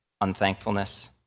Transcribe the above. unthankfulness